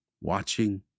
watching